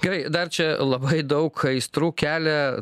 gerai dar čia labai daug aistrų kelia